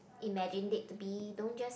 imagined it to be don't just